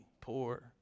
poor